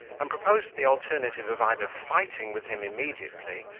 and proposed the alternative of either fighting with him immediately,